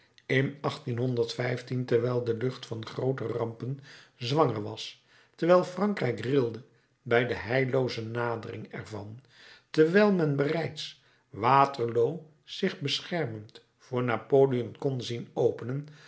in terwijl de lucht van groote rampen zwanger was terwijl frankrijk rilde bij de heillooze nadering er van terwijl men bereids waterloo zich schemerend voor napoleon kon zien openen